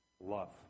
Love